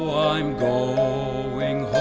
i'm going